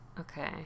Okay